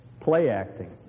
play-acting